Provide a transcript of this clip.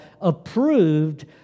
approved